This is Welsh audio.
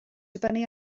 dibynnu